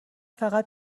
فقط